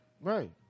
Right